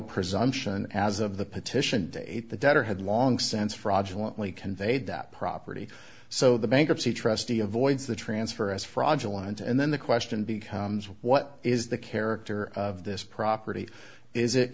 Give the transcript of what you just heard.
presumption as of the petition date the debtor had long since fraudulent only conveyed that property so the bankruptcy trustee avoids the transfer as fraudulent and then the question becomes what is the character of this property is it